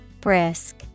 Brisk